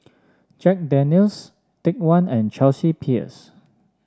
Jack Daniel's Take One and Chelsea Peers